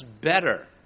better